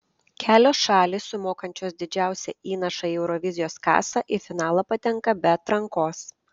kelios šalys sumokančios didžiausią įnašą į eurovizijos kasą į finalą patenka be atrankos